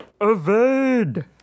Evade